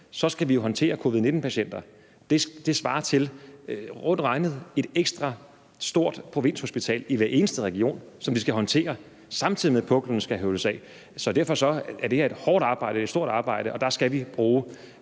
skal vi jo håndtere covid-19-patienter. Det svarer rundt regnet til et ekstra stort provinshospital i hver eneste region, som vi skal håndtere, samtidig med at puklen skal høvles af. Så derfor er det her et hårdt arbejde og et stort arbejde, og der skal vi bruge